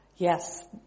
Yes